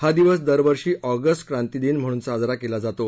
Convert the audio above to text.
हा दिवस दरवर्षी ऑगस्ट क्रांती दिन म्हणून साजरा केला जातो